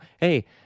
Hey